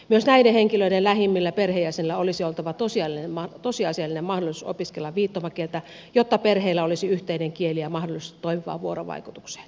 myös näiden henkilöiden lähimmillä perheenjäsenillä olisi oltava tosiasiallinen mahdollisuus opiskella viittomakieltä jotta perheillä olisi yhteinen kieli ja mahdollisuus toimivaan vuorovaikutukseen